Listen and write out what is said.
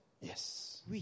Yes